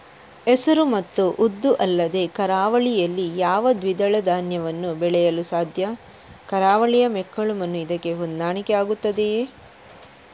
ಹೆಸರು ಮತ್ತು ಉದ್ದು ಅಲ್ಲದೆ ಕರಾವಳಿಯಲ್ಲಿ ಯಾವ ದ್ವಿದಳ ಧಾನ್ಯವನ್ನು ಬೆಳೆಯಲು ಸಾಧ್ಯ? ಕರಾವಳಿಯ ಮೆಕ್ಕಲು ಮಣ್ಣು ಇದಕ್ಕೆ ಹೊಂದಾಣಿಕೆ ಆಗುತ್ತದೆಯೇ?